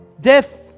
death